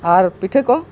ᱟᱨ ᱯᱤᱴᱷᱟᱹ ᱠᱚ